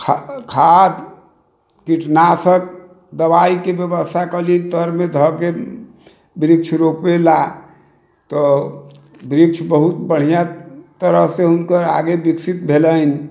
खाद कीटनाशक दवाइके व्यवस्था कहेलियै तरमे धकऽ वृक्ष रोपय ल एतऽ वृक्ष बहुत बढ़िऑं तरहसँ हुनकर आगे विकसित भेलनि